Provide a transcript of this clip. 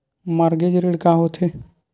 Mortgage ऋण का होथे?